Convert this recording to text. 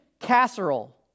casserole